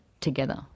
together